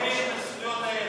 מסכימים, זכויות הילד.